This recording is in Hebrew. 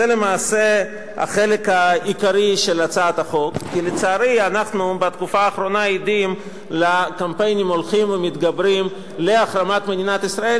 למעשה היום הצעת החוק בנויה משני מרכיבים עיקריים: 1. הצעת החוק מגדירה את מי שמוביל קמפיין חרם על מדינת ישראל,